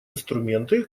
инструменты